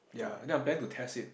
ya then I'm planning to test it